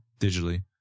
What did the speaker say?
Digitally